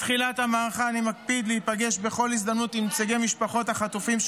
מתחילת המערכה אני מקפיד להיפגש בכל הזדמנות עם נציגי משפחות החטופים,